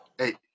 eight